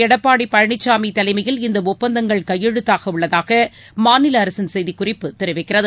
எடப்பாடி பழனிசாமி தலைமையில் இந்த ஒப்பந்தங்கள் கையெழுத்தாகவுள்ளதாக மாநில அரசின் செய்திக்குறிப்பு தெரிவிக்கிறது